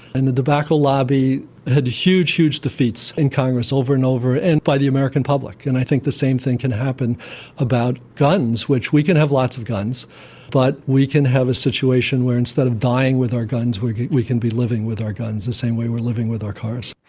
and the tobacco lobby had huge, huge defeats in congress over and over and by the american public, and i think the same thing can happen about guns, we can have lots of guns but we can have a situation where instead of dying with our guns we can be living with our guns, the same way we're living with our cars.